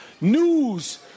news